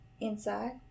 inside